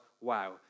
wow